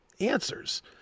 answers